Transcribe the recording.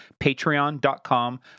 patreon.com